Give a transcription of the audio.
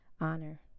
honor